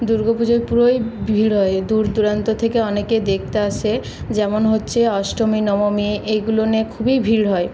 দুর্গাপুজোগুলোয় ভিড় হয় দূর দূরান্ত থেকে অনেকে দেখতে আসে যেমন হচ্ছে অষ্টমী নবমী এগুলোনে খুবই ভিড় হয়